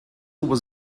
was